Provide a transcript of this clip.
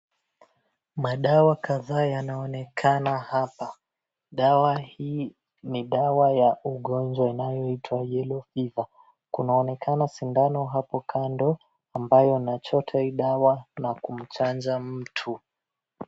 Madawa kadhaa yanaonekana hapa, dawa hii kadhaa ni dawa ya ugonjwa inayoitwa yellow fever . Kunaonekana sindano hapo kando ambayo inachota hii dawa na kumchanja mtu.